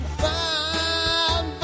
find